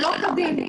שלא תבין,